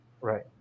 right